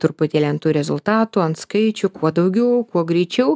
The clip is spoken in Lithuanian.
truputėlį ant tų rezultatų ant skaičių kuo daugiau kuo greičiau